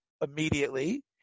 immediately